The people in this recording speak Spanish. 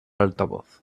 altavoz